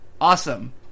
awesome